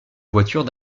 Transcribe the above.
voitures